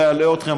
לא אלאה אתכם.